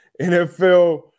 NFL